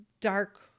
dark